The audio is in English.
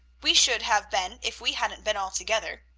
we should have been if we hadn't been all together.